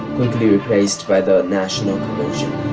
quickly replaced by the national convention.